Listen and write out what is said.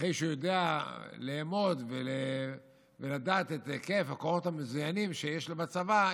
אחרי שהוא יודע לאמוד ולדעת את הרכב הכוחות המזוינים שיש לו בצבא,